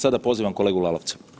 Sada pozivam kolegu Lalovca.